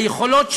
היכולות שלו,